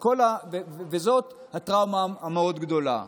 וזאת הטראומה המאוד-גדולה.